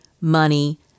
money